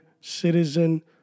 citizen